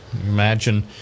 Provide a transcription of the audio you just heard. Imagine